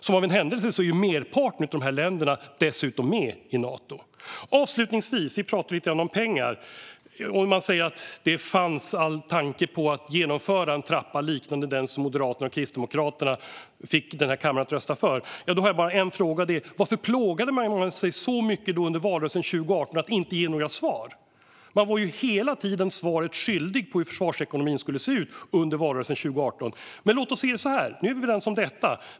Som av en händelse är merparten av dessa länder dessutom med i Nato. Vi talade ju lite grann om pengar. Man säger att det fanns all tanke på att genomföra en trappa liknande den som Moderaterna och Kristdemokraterna fick denna kammare att rösta för. Jag har bara en fråga: Varför plågade man sig då så mycket under valrörelsen 2018 för att inte ge några svar? Man var ju hela tiden under valrörelsen 2018 svaret skyldig på hur försvarsekonomin skulle se ut. Men låt oss se det så här: Nu är vi överens om detta.